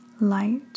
light